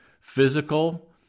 physical